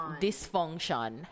dysfunction